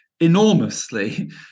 enormously